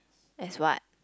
as what